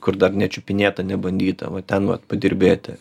kur dar nečiupinėta nebandyta va ten vat padirbėti